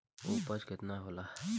उपज केतना होला?